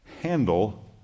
handle